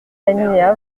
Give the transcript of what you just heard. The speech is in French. l’alinéa